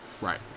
Right